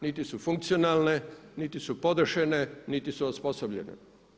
Niti su funkcionalne, niti su podešene, niti su osposobljene.